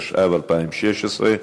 התשע"ו 2016,